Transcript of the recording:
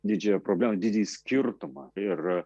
didžiąją problemą didįjį skirtumą ir